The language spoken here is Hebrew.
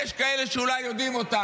יש כאלה שאולי יודעים אותם.